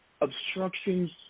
obstructions